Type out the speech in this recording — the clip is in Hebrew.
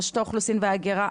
רשות האוכלוסין וההגירה,